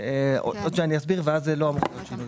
לא אמור להיות שינוי.